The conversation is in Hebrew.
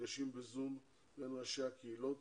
מפגשים בזום בין ראשי הקהילות